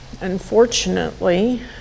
unfortunately